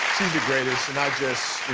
the greatest. and i just,